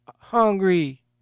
hungry